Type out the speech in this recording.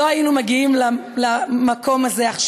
לא היינו מגיעים למקום הזה עכשיו.